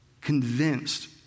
convinced